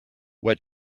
wet